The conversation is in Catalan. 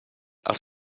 els